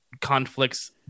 conflicts